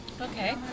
Okay